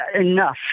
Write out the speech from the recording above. Enough